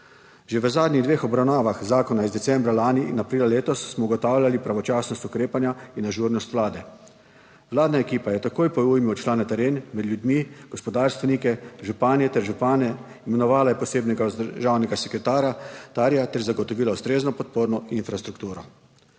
Že v zadnjih dveh obravnavah zakona iz decembra lani in aprila letos smo ugotavljali pravočasnost ukrepanja in ažurnost vlade. Vladna ekipa je takoj po ujmi odšla na teren med ljudmi, gospodarstvenike, županje ter župane, imenovala je posebnega državnega sekretarja ter zagotovila ustrezno podporno infrastrukturo.